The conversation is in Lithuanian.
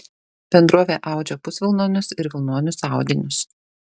bendrovė audžia pusvilnonius ir vilnonius audinius